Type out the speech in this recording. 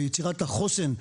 ביצירת החוסן,